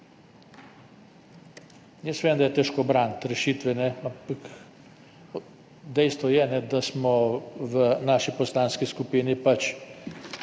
Vem, da je težko braniti rešitve, ampak dejstvo je, da smo v naši poslanski skupini pač